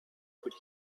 could